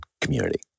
community